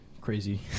crazy